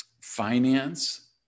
finance